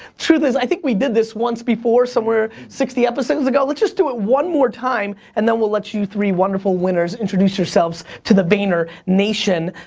truth is, i think we did this once before somewhere sixty episodes ago. let's just do it one more time and then we'll let you three wonderful winners introduce yourselves to the vayner nation.